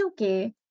okay